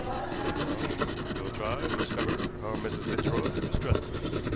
said quarles. we will try and discover how mrs. fitzroy was dressed first.